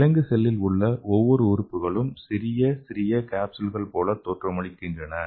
விலங்கு செல்லில் உள்ள ஒவ்வொரு உறுப்புகளும் சிறிய சிறிய காப்ஸ்யூல்கள் போல தோற்றமளிக்கின்றன